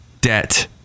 debt